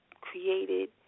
created